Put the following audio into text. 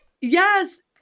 Yes